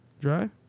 dry